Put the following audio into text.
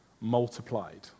multiplied